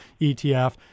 ETF